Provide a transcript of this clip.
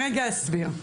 להסביר.